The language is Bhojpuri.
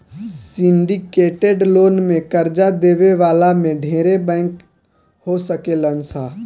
सिंडीकेटेड लोन में कर्जा देवे वाला में ढेरे बैंक हो सकेलन सा